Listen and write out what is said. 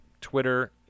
Twitter